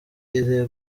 yizeye